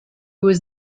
was